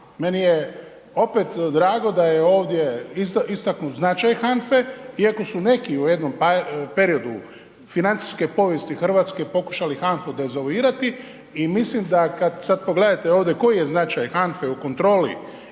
Meni je opet drago da je ovdje istaknut značaj HANFA-e, iako su neki u jednom periodu financijske povijesti Hrvatske pokušali HANFA-u dezavuirati i mislim da kad sad pogledate ovdje koji je značaj HANFA-e u kontroli